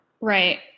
Right